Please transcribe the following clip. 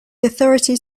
authority